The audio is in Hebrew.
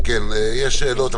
כן, יש שאלות.